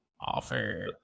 offer